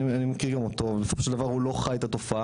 אני מכיר גם אותו אבל בסופו של דבר הוא לא חי את התופעה,